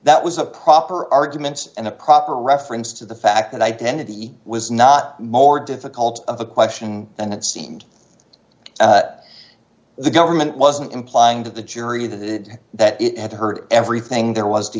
that was a proper arguments and a proper reference to the fact that identity was not more difficult of a question and it seemed the government wasn't implying to the jury that it that it had heard everything there was to